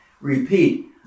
repeat